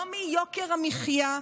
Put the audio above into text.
לא מיוקר המחיה,